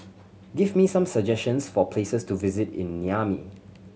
give me some suggestions for places to visit in Niamey